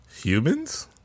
Humans